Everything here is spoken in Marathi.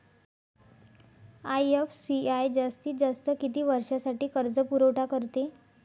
आय.एफ.सी.आय जास्तीत जास्त किती वर्षासाठी कर्जपुरवठा करते?